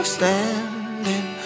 Standing